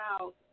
out